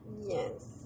Yes